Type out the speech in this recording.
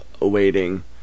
awaiting